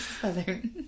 southern